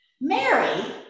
Mary